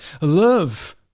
love